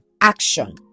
action